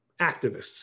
activists